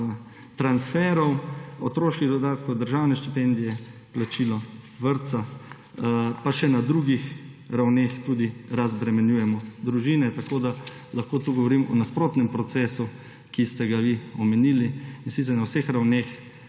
transferov, otroških dodatkov, državne štipendije, plačila vrtca. In še na drugih ravneh tudi razbremenjujemo družine, tako da lahko tukaj govorim o nasprotnem procesu, kot ste ga vi omenili. In sicer na vseh ravneh